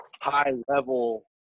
high-level